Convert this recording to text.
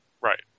Right